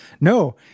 No